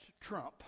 trump